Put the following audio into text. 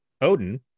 Odin